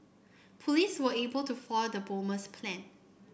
police were able to foil the bomber's plan